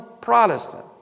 Protestant